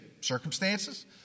circumstances